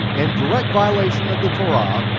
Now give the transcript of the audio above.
in direct violation of the torah,